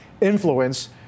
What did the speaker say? influence